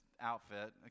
outfit